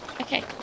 Okay